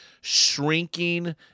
shrinking